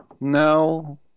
No